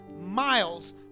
miles